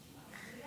אני קובע